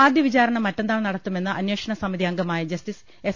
ആദ്യ വിചാരണ മറ്റന്നാൾ നടത്തുമെന്ന് അന്വേഷണ സമിതി അംഗമായ ജസ്റ്റിസ് എസ്